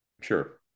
Sure